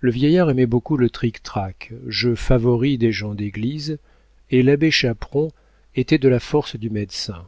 le vieillard aimait beaucoup le trictrac jeu favori des gens d'église et l'abbé chaperon était de la force du médecin